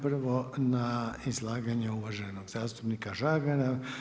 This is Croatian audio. Prvo na izlaganje uvaženog zastupnika Žagara.